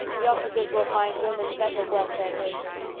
the officers will find women better worth their notice.